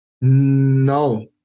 No